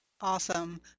Awesome